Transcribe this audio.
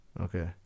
Okay